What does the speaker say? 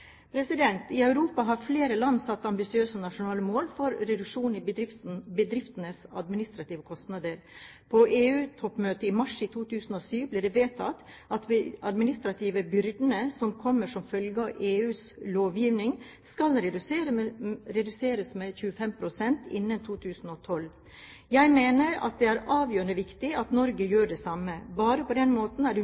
I Europa har flere land satt ambisiøse nasjonale mål for reduksjon i bedriftenes administrative kostnader. På EU-toppmøtet i mars i 2007 ble det vedtatt at de administrative byrdene som kommer som følge av EUs lovgivning, skal reduseres med 25 pst. innen 2012. Jeg mener at det er avgjørende viktig at Norge gjør det samme. Bare på den måten er